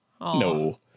No